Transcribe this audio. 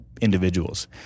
individuals